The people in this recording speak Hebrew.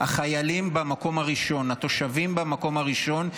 החיילים במקום הראשון, התושבים במקום הראשון.